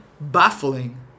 baffling